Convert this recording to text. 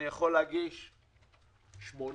אני יכול להגיש 80,